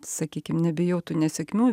sakykim nebijau tų nesėkmių